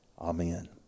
Amen